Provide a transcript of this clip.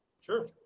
Sure